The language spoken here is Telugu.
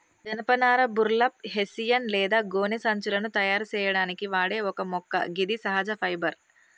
జనపనార బుర్లప్, హెస్సియన్ లేదా గోనె సంచులను తయారు సేయడానికి వాడే ఒక మొక్క గిది సహజ ఫైబర్